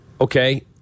okay